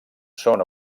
són